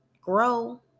grow